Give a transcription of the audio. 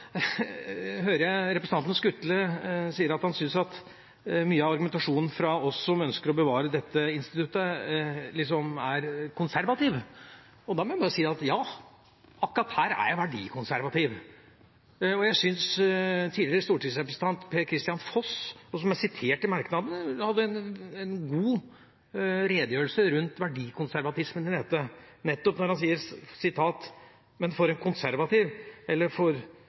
jeg representanten Skutle si at han syns at mye av argumentasjonen fra oss som ønsker å bevare dette instituttet, er konservativ. Da må jeg bare si at ja, akkurat her er jeg verdikonservativ. Jeg syns tidligere stortingsrepresentant Per Kristian Foss, som er sitert i merknadene, hadde en god redegjørelse rundt verdikonservatismen i dette da han sa: «men for en konservativ